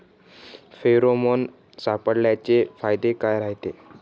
Pheromone सापळ्याचे फायदे काय रायते?